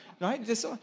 right